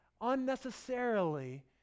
unnecessarily